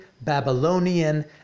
Babylonian